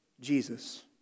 Jesus